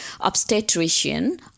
obstetrician